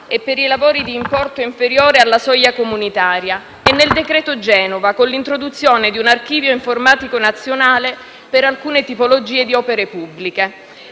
e per i lavori d'importo inferiore alla soglia comunitaria; nel decreto-legge su Genova, con l'introduzione di un archivio informatico nazionale per alcune tipologie di opere pubbliche.